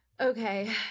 Okay